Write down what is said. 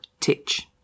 Titch